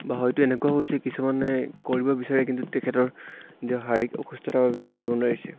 বা হয়তো এনেকুৱাও হৈছে কিছুমানে কৰিব বিচাৰে কিন্তু তেখেতৰ নিজৰ শাৰীৰিক অসুস্থতাৰ বাবে কৰিব নোৱাৰিছে